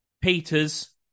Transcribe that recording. Peters